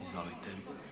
Izvolite.